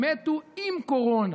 הם מתו עם קורונה,